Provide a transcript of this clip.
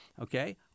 Okay